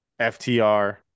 FTR